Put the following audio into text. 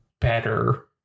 better